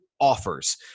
offers